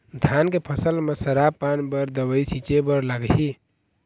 धान के फसल म सरा पान बर का दवई छीचे बर लागिही?